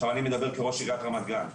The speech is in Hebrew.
אני מדבר כראש עיריית רמת גן,